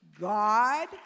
God